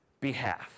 behalf